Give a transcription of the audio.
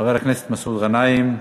חבר הכנסת מסעוד גנאים.